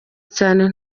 cyane